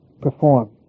perform